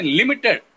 limited